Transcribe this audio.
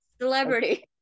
celebrity